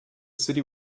city